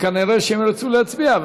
וכנראה הם ירצו להצביע,